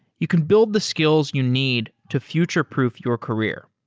you can build the skills you need to future-proof your career.